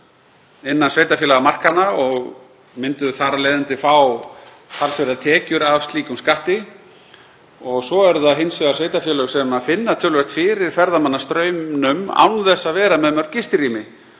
innan sveitarfélagsmarkanna og myndu þar af leiðandi fá talsverðar tekjur af slíkum skatti og svo eru það hins vegar sveitarfélög sem finna töluvert fyrir ferðamannastraumnum án þess að vera með mörg gistirými